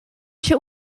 się